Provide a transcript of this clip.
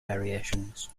variations